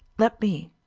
let me.